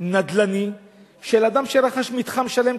נדל"ני של אדם שרכש מתחם שלם,